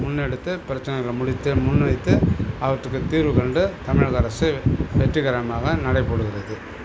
முன்னெடுத்து பிரச்சனைகளை முடித்து முன் வைத்து அவற்றுக்கு தீர்வுக் கண்டு தமிழக அரசு வெற்றிக்கரமாக நடைப்போடுகிறது